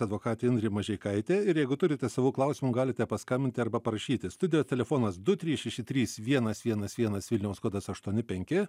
advokatė indrė mažeikaitė ir jeigu turite savų klausimų galite paskambinti arba parašyti į studiją telefonas su trys šeši trys vienas vienas vienas vilniaus kodas aštuoni penki